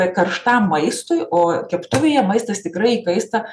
karštam maistui o keptuvėje maistas tikrai įkaista